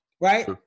right